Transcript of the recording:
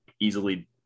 easily